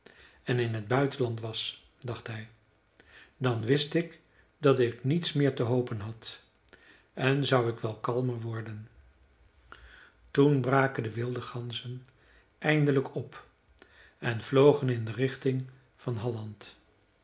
en in t buitenland was dacht hij dan wist ik dat ik niets meer te hopen had en zou ik wel kalmer worden toen braken de wilde ganzen eindelijk op en vlogen in de richting van halland